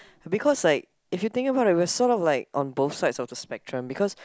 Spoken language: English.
because like if you think about it we're sort of like on both sides of the spectrum because